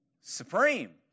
Supreme